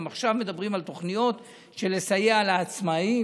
גם עכשיו מדברים על תוכניות של סיוע לעצמאים,